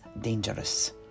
dangerous